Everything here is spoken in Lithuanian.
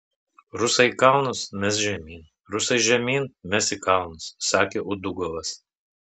rusai į kalnus mes žemyn rusai žemyn mes į kalnus sakė udugovas